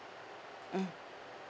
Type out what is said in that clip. mm